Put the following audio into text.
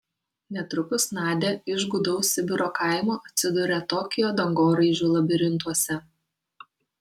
netrukus nadia iš gūdaus sibiro kaimo atsiduria tokijo dangoraižių labirintuose